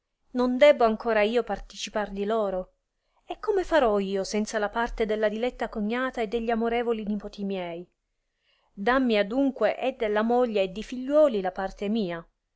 non debbo ancora io participar di loro e come farò io senza la parte della diletta cognata e de gli amorevoli nipoti miei dammi adunque e della moglie e di figliuoli la parte mia